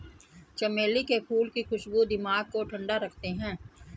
चमेली के फूल की खुशबू दिमाग को ठंडा रखते हैं